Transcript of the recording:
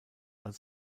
als